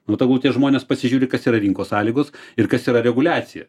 nu tegul tie žmonės pasižiūri kas yra rinkos sąlygos ir kas yra reguliacija